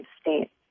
state